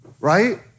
right